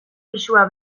pisua